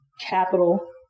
capital